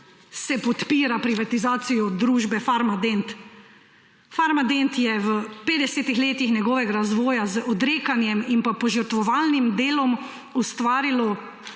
se podpira privatizacijo družbe Farmadent? Farmadent je v 50 letih svojega razvoja z odrekanjem in požrtvovalnim delom ustvaril